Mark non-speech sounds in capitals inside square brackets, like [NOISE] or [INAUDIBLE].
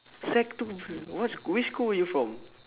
sec two [NOISE] what s~ which school you were from